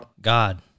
God